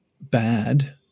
bad